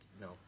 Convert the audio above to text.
No